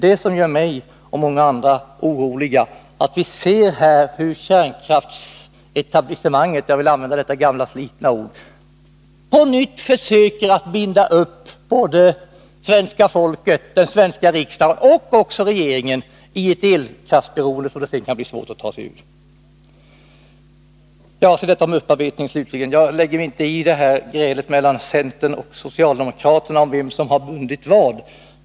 Det som gör mig och många andra oroliga är att se hur kärnkraftsetablissemanget — jag vill använda det gamla, slitna ordet — på nytt försöker binda upp svenska folket och den svenska riksdagen och även regeringen i ett elkraftsberoende som det sedan kan bli svårt att ta sig ur. Beträffande upparbetningen: Jag lägger mig inte i grälet mellan centern och socialdemokraterna om vem som har bundit upp oss för vad.